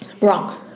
Wrong